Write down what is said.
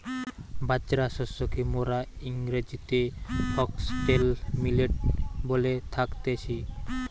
বাজরা শস্যকে মোরা ইংরেজিতে ফক্সটেল মিলেট বলে থাকতেছি